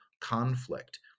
conflict